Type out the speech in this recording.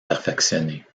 perfectionner